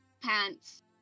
pants